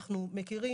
אנחנו מכירים,